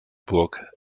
burg